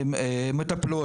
מטפלות,